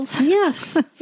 Yes